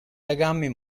legami